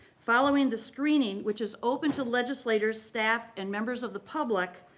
following the screening, which is open to legislators, staff and members of the public,